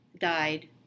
died